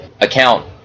account